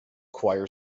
choir